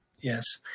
Yes